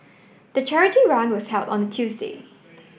the charity run was held on a Tuesday